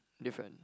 different